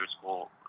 school